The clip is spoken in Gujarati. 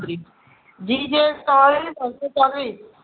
જીજે ચાર ત્રણ સો ચાલીસ